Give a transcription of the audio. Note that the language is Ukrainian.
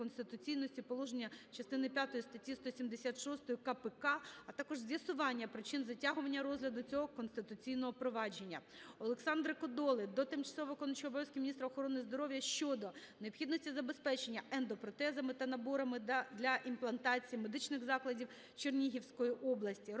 (конституційності) положення частини п'ятої статті 176 КПК, а також з'ясування причин затягування розгляду цього Конституційного провадження. Олександра Кодоли до тимчасово виконуючої обов'язки міністра охорони здоров'я щодо необхідності забезпечення ендопротезами та наборами для імплантації медичних закладів Чернігівської області.